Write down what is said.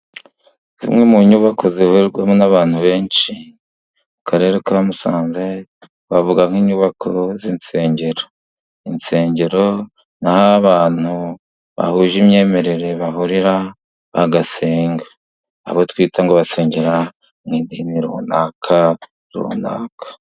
Zimwe mu nyubako zihurirwamo n'abantu benshi mu Karere ka Musanze bavuga nk'inyubako z'insengero, insengero ni ahantu abantu bahuje imyemerere bahurira bagasenga abo twita ngo basengera mu idini runaka runaka.